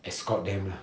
escort them lah